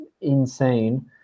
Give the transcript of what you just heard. insane